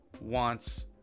wants